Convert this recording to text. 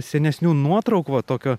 senesnių nuotraukų va tokio